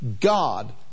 God